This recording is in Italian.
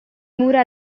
mura